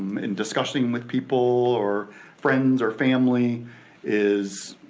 in discussing with people or friends or family is